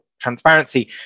transparency